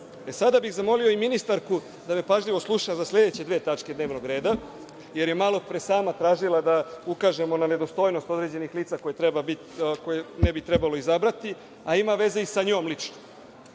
bih zamolio i ministarku da me pažljivo sluša za sledeće dve tačke dnevnog reda, jer je malopre sama tražila da ukažemo na nedostojnost određenih lica koja ne bi trebalo izabrati, a ima veze i sa njom lično.